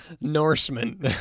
Norseman